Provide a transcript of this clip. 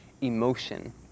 emotion